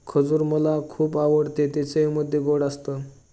खजूर मला खुप आवडतं ते चवीमध्ये गोड असत